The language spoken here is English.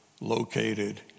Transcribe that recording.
located